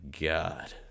God